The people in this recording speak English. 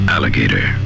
Alligator